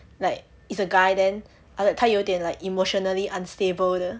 like is a guy then after that 他有点 like emotionally unstable 的